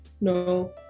No